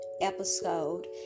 episode